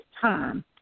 time